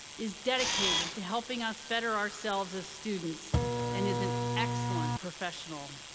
is dedicated to helping us better ourselves as students and is an excellent professional.